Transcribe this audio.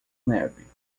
neve